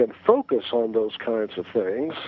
and focus on those kinds of things